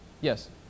Yes